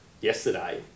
yesterday